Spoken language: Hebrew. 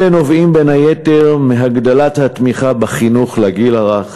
אלה נובעים בין היתר מהגדלת התמיכה בחינוך לגיל הרך